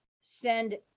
send